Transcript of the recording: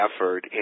effort